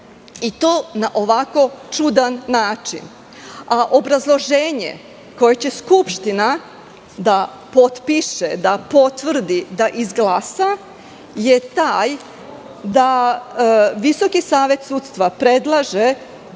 i to na ovako čudan način.